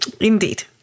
Indeed